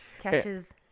Catches